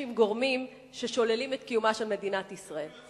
עם גורמים ששוללים את קיומה של מדינת ישראל.